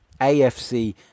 AFC